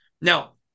Now